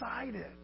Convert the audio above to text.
excited